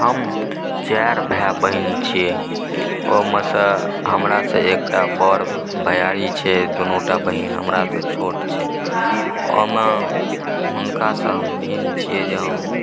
हम चारि भाय बहिन छियै ओहोमेसँ हमरासंँ एकटा बड़ भैयारी छै दूनूटा बहिन हमरासंँ छोट छै ओहोमे हुनकासंँ हम भिन्न छियै जे हम